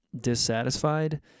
dissatisfied—